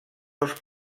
els